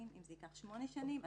אם זה ייקח שמונה שנים.